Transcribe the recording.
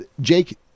Jake